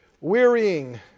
wearying